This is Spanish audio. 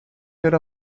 era